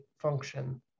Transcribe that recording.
function